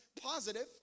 positive